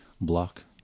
block